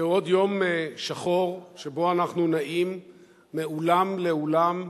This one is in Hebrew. זה עוד יום שחור שבו אנחנו נעים מאולם לאולם,